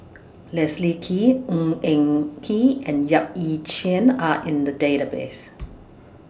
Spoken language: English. Leslie Kee Ng Eng Kee and Yap Ee Chian Are in The Database